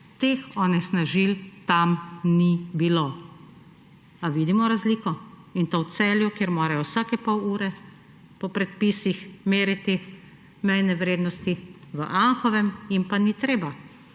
Teh onesnažil ni bilo. Ali vidimo razliko? In to v Celju, kjer morajo vsake pol ure po predpisih meriti mejne vrednosti, v Anhovem jim pa ni treba.